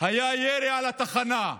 היה ירי על התחנה,